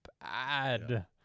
bad